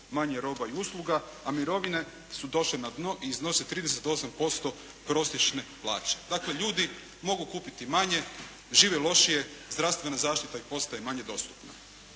manje roba i usluga, a mirovine su došle na dno i iznose 38% prosječne plaće. Dakle ljudi mogu kupiti manje, žive lošije, zdravstvena zaštita postaje manje dostupna.